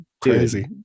Crazy